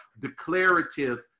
declarative